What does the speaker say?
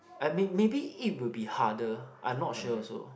I may maybe it will be harder I'm not sure also